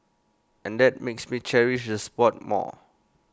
and that makes me cherish the spot more